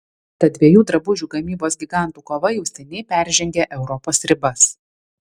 tad dviejų drabužių gamybos gigantų kova jau seniai peržengė europos ribas